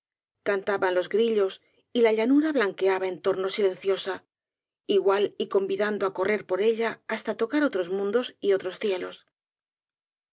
cantaban los grillos y la llanura blanqueaba en torno silenciosa igual y convidando á correr por ella hasta tocar otros mundos y otros cielos